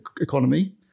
economy